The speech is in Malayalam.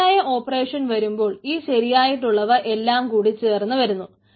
ശരിയായ ഓപ്പറേഷൻ വരുമ്പോൾ ഈ ശരിയായിട്ടുള്ളവ എല്ലാം കൂടി ചേർന്ന് വരുന്നു